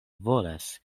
volas